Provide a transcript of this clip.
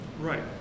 Right